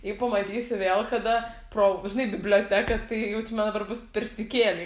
jį pamatysiu vėl kada pro žinai biblioteką tai jaučiu man dabar bus persikėliai